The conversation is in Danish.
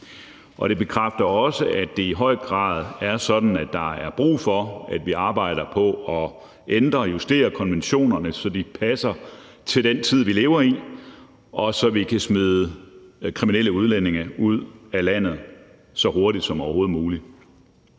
Det bekræfter også, at det i høj grad er sådan, at der er brug for, at vi arbejder på at ændre og justere konventionerne, så de passer til den tid, vi lever i, og så vi kan smide kriminelle udlændinge ud af landet så hurtigt som overhovedet muligt,